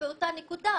מתחילים באותה נקודה,